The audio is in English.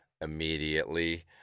immediately